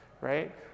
right